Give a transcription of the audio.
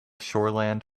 shoreland